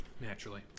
naturally